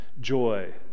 joy